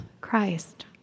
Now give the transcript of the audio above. Christ